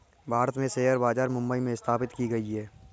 भारत में शेयर बाजार मुम्बई में स्थापित की गयी है